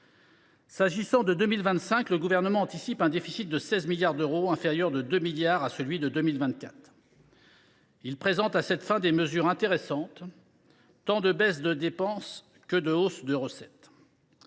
l’année 2025, le Gouvernement anticipe un déficit de 16 milliards d’euros, inférieur de 2 milliards d’euros à celui de 2024. Il présente à cette fin des mesures intéressantes, tant des baisses des dépenses que des hausses des recettes.